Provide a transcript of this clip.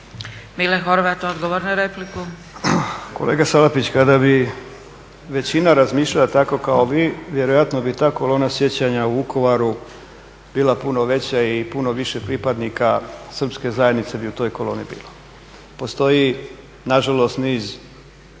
**Horvat, Mile (SDSS)** Kolega Salapić, kada bi većina razmišljala tako kao vi vjerojatno bi ta kolona sjećanja u Vukovaru bila puno veća i puno više pripadnika Srpske zajednice bi u toj koloni bilo. Postoji na žalost niz